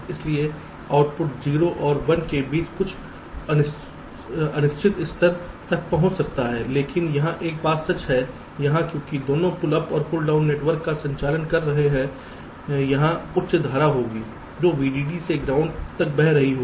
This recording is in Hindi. इसलिए आउटपुट 0 और 1 के बीच कुछ अनिश्चित स्तर तक पहुंच सकता है लेकिन यहां एक बात सच है यहाँ क्योंकि दोनों पुल अप और पुल डाउन नेटवर्क का संचालन कर रहे हैं वहाँ उच्च धारा होगी जो वीडीडी से ग्राउंड पर बह रही होगी